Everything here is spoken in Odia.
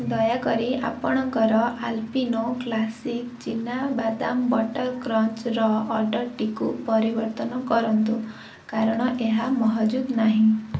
ଦୟାକରି ଆପଣଙ୍କର ଆଲପିନୋ କ୍ଲାସିକ୍ ଚିନାବାଦାମ ବଟର କ୍ରଞ୍ଚର ଅର୍ଡ଼ରଟିକୁ ପରିବର୍ତ୍ତନ କରନ୍ତୁ କାରଣ ଏହା ମହଜୁଦ ନାହିଁ